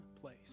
place